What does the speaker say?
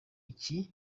iki